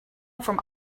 from